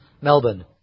Melbourne